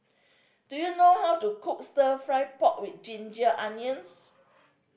do you know how to cook Stir Fried Pork With Ginger Onions